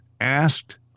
asked